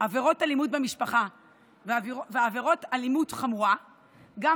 עבירות אלימות במשפחה ועבירות אלימות חמורה גם